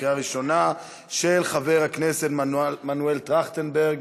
בקריאה ראשונה, של חבר הכנסת מנואל טרכטנברג